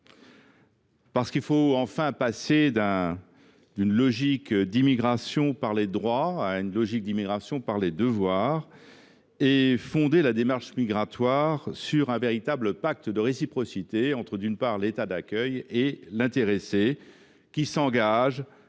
effet, il faut enfin passer d’une logique d’immigration par les droits à une logique d’immigration par les devoirs et fonder la démarche migratoire sur un véritable pacte de réciprocité entre, d’une part, l’état d’accueil et, d’autre part, l’intéressé, qui s’engage